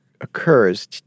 occurs